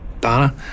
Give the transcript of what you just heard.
Donna